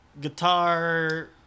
guitar